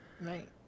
right